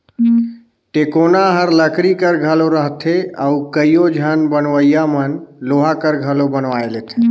टेकोना हर लकरी कर घलो रहथे अउ कइयो झन बनवइया मन लोहा कर घलो बनवाए लेथे